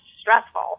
stressful